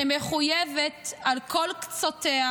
שמחויבת על כל קצותיה